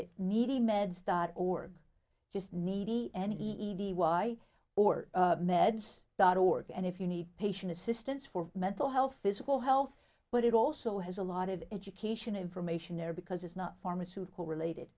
it needy meds dot org just needy and easy why or meds dot org and if you need patient assistance for mental health physical health but it also has a lot of education information there because it's not pharmaceutical related